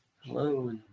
Hello